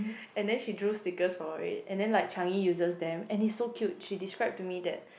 and then she drew stickers for it and then like Changi uses them and it is so cute she describe to me that